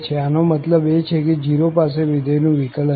આનો મતલબ એ કે 0 પાસે વિધેય નું વિકલન છે